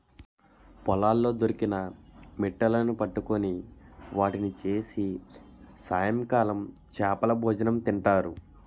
పొలాల్లో దొరికిన మిట్టలును పట్టుకొని వాటిని చేసి సాయంకాలం చేపలభోజనం తింటారు